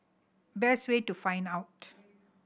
best way to find out